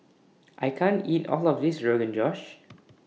I can't eat All of This Rogan Josh